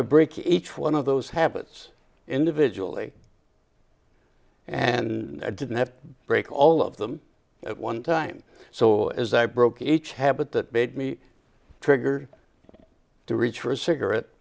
i break each one of those habits individual and i didn't have to break all of them at one time so as i broke each habit that made me trigger to reach for a cigarette